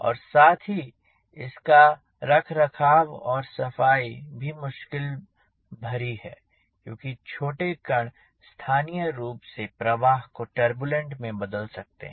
और साथ ही इसका रखरखाव और सफाई भी मुश्किल भरी है क्योंकि छोटे कण स्थानीय रूप से प्रवाह को टुर्बुलेंट में बदल सकते हैं